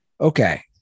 Okay